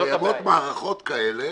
קיימות מערכות כאלה,